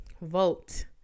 vote